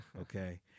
okay